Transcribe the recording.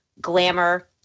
Glamour